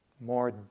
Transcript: more